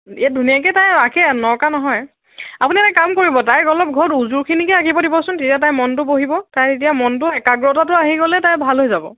ইয়াত ধুনীয়াকৈ তাই আঁকে নঅঁকা নহয় আপুনি এটা কাম কৰিব তাইক অলপ ঘৰত উজুখিনিকে আঁকিব দিবচোন তেতিয়া তাইৰ মনটো বহিব তাইৰ তেতিয়া মনটো একাগ্ৰতাটো আহি গ'লে তাই ভাল হৈ যাব